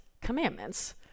commandments